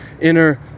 inner